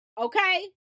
Okay